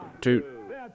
two